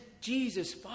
Jesus